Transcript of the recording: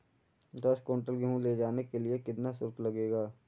दस कुंटल गेहूँ ले जाने के लिए कितना शुल्क लगेगा?